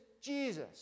Jesus